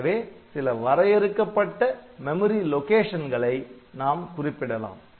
எனவே சில வரையறுக்கப்பட்ட மெமரி லொகேஷன்களை நாம் குறிப்பிடலாம்